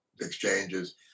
exchanges